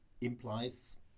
implies